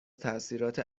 تاثیرات